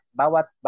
bawat